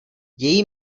její